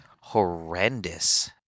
horrendous